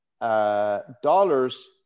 dollars